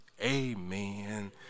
Amen